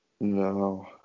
No